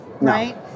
right